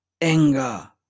Anger